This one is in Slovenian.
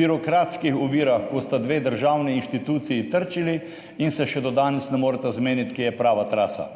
birokratskih ovirah, ko sta dve državni inštituciji trčili in se še do danes ne moreta zmeniti, kje je prava trasa.